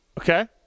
Okay